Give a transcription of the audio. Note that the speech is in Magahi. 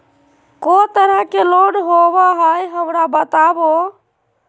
को तरह के लोन होवे हय, हमरा बताबो?